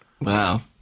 Wow